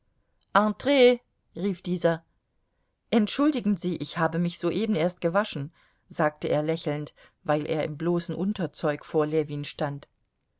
entrez rief dieser entschuldigen sie ich habe mich soeben erst gewaschen sagte er lächelnd weil er im bloßen unterzeug vor ljewin stand